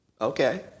Okay